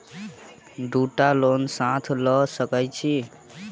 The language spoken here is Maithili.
दु टा लोन साथ लऽ सकैत छी की?